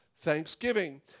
Thanksgiving